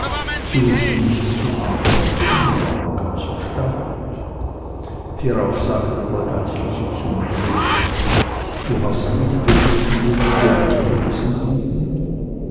sie wußten nichts zu antworten und waren ganz erstaunt hierauf sagte der geistliche zu mir wo hast du die bewußten dinge gehört von diesen buben